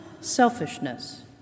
selfishness